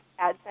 AdSense